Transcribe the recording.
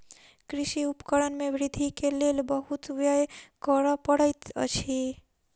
कृषि उपकरण में वृद्धि के लेल बहुत व्यय करअ पड़ैत अछि